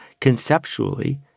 Conceptually